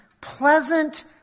pleasant